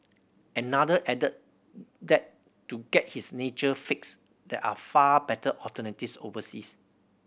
another added that to get his nature fix there are far better alternative overseas